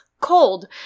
cold